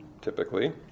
typically